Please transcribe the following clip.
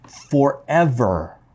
forever